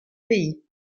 pays